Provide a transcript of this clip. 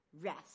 rest